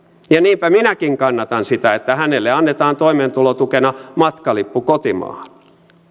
ja niinpä minäkin kannatan sitä että hänelle annetaan toimeentulotukena matkalippu kotimaahan